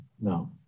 No